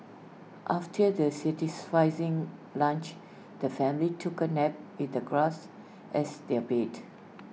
after their satisfying lunch the family took A nap with the grass as their bed